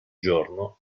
giorno